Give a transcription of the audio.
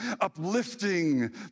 uplifting